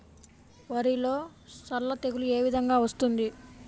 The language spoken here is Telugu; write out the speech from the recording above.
వరిలో సల్ల తెగులు ఏ విధంగా వస్తుంది?